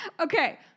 Okay